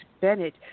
Bennett